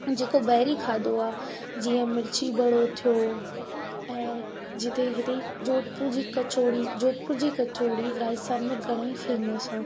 जेके ॿाहिरि खाधो आहे जीअं मिर्ची वड़ो थियो ऐं जिते हिते जो जोधपुर जी कचौड़ी जोधपुर जी कचौड़ी राजस्थान में घणेई फेमस आहे